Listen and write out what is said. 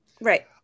right